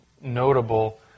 notable